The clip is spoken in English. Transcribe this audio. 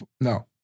no